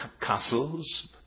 castles